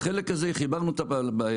בחלק הזה חיברנו את הרלב"ד,